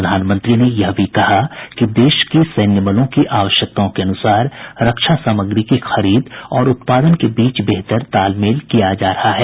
प्रधानमंत्री ने यह भी कहा कि देश की सैन्य बलों की आवश्यकताओं के अनुसार रक्षा सामग्री की खरीद और उत्पादन के बीच बेहतर तालमेल किया जा रहा है